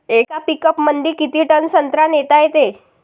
येका पिकअपमंदी किती टन संत्रा नेता येते?